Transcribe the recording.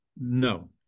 no